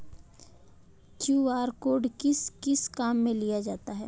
QR code किस किस काम में लिया जाता है?